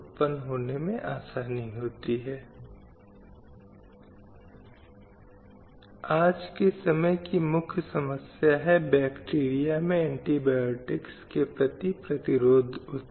हम पुरुष विधायकों की तुलना में बहुत कम संख्या में महिला विधायक हैं चाहे वह लोकसभा हो या यह राज्यसभा की संख्या बहुत खराब है महिलाओं के स्थान के संबंध में जो उनकी है